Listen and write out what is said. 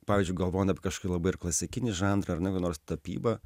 pavyzdžiui galvojant apie kažkokį labai ir klasikinį žanrą ar ne kokią nors tapybą